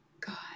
God